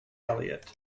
elliot